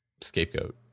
Scapegoat